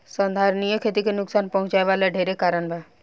संधारनीय खेती के नुकसान पहुँचावे वाला ढेरे कारण बा